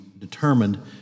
Determined